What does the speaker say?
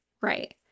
right